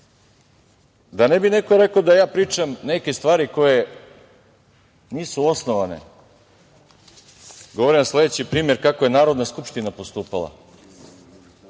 ne bi neko rekao da ja pričam neke stvari koje nisu osnovane govorim vam sledeći primer kako je Narodna skupština postupala